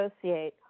associate